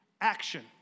action